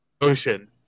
ocean